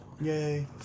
yay